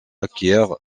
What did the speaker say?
acquiert